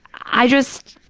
i just,